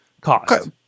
Cost